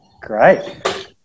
great